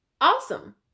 Awesome